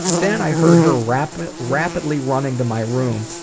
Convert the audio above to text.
then i heard her rapidly rapidly running to my room,